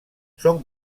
són